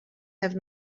have